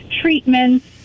treatments